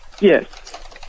Yes